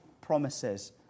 promises